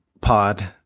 pod